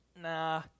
Nah